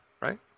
right